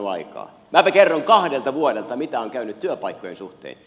minäpä kerron kahdelta vuodelta mitä on käynyt työpaikkojen suhteen